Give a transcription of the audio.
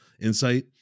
insight